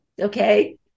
okay